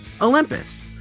Olympus